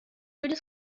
люди